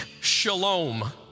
shalom